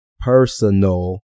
personal